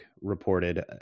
reported